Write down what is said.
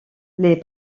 les